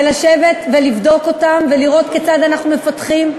לשבת ולבדוק אותן ולראות כיצד אנחנו מפתחים,